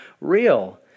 real